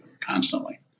constantly